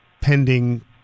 pending